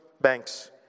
banks